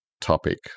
topic